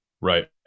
Right